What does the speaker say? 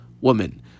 woman